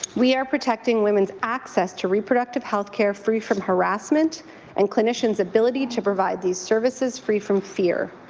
we are protecting women's access to reproductive health care free from harrassment and clinicians' ability to provide these services free from fear.